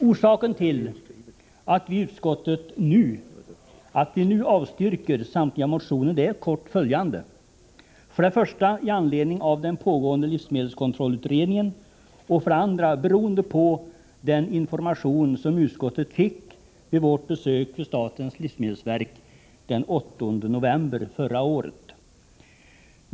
Orsakerna till att utskottet nu avstyrker samtliga motioner är i korthet för det första den pågående livsmedelskontrollutredningen och för det andra den information som utskottet fick vid besöket vid statens livsmedelsverk den 8 november förra året.